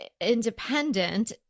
independent